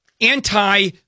anti